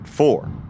Four